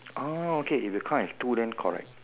orh okay if you count as two then correct